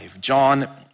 John